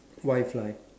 why fly